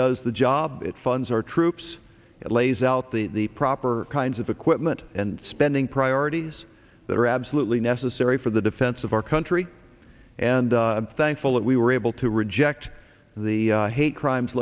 does the job it funds our troops it lays out the proper kinds of equipment and spending priorities that are absolutely necessary for the defense of our country and thankful that we were able to reject the hate crimes